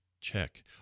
check